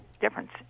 difference